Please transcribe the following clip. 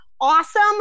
awesome